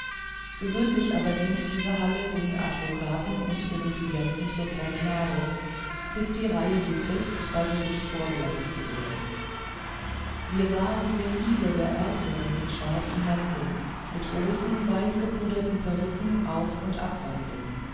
gewöhnlich aber dient diese halle den advokaten und ihren klienten zur promenade bis die reihe sie trifft bei gericht vorgelassen zu werden wir sahen hier viele der ersteren in schwarzen mänteln mit großen weißgepuderten perücken auf und abwandeln